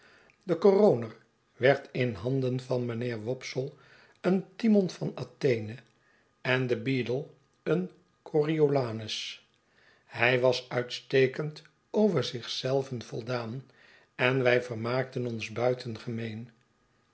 coroner werd in uanuen van mijnheer wopsle een timon van athene ende beadle een ooriolanus hij was uitstekend over zich zelven voldaan en wij vermaakten ons